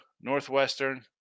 Northwestern